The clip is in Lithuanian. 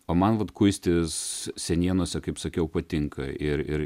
o man vat kuistis senienose kaip sakiau patinka ir ir